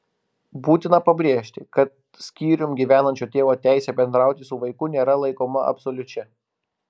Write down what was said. būtina pabrėžti kad skyrium gyvenančio tėvo teisė bendrauti su vaiku nėra laikoma absoliučia